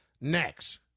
next